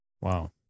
Wow